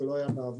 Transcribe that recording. זה לא היה בעבר.